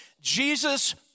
Jesus